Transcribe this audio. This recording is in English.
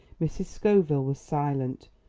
mrs. scoville was silent.